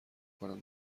کنم